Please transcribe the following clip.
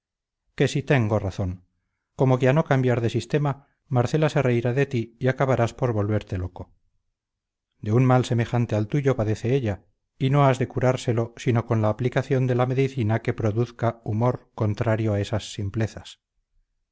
que si tengo razón como que a no cambiar de sistema marcela se reirá de ti y acabarás por volverte loco de un mal semejante al tuyo padece ella y no has de curárselo sino con la aplicación de la medicina que produzca humor contrario a esas simplezas